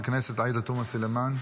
חברת הכנסת עאידה תומא סלימאן.